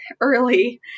early